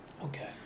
Okay